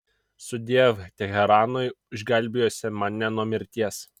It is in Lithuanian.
sudiev teheranui išgelbėjusiam mane nuo mirties